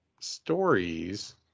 stories